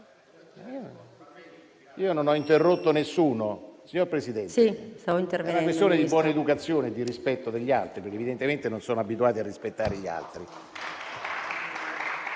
Io non ho interrotto nessuno, signor Presidente. È una questione di buona educazione e di rispetto degli altri, ma evidentemente non sono abituati a rispettare gli altri.